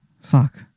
Fuck